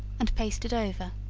and pasted over.